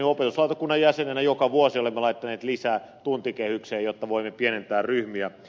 opetuslautakunnan jäsenenä joka vuosi olemme laittaneet lisää tuntikehykseen jotta voimme pienentää ryhmiä